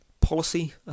policy